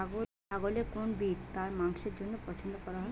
ছাগলের কোন ব্রিড তার মাংসের জন্য পছন্দ করা হয়?